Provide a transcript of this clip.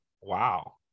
wow